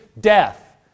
death